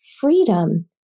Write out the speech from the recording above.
freedom